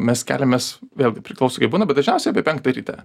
mes keliamės vėlgi priklauso kaip būna bet dažniausiai apie penktą ryte